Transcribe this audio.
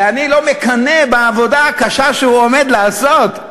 ואני לא מקנא בעבודה הקשה שהוא עומד לעשות,